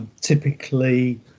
typically